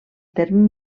terme